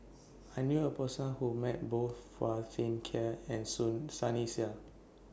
I knew A Person Who has Met Both Phua Thin Kiay and Sunny Sia